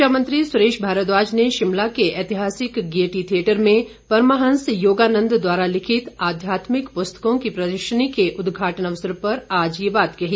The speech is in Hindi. शिक्षा मंत्री सुरेश भारद्वाज ने शिमला के ऐतिहासिक गेयटी थिएटर में परमाहंस योगानंद द्वारा लिखित आध्यात्मिक पुस्तकों की प्रदर्शनी के उद्घाटन अवसर पर आज ये बात कही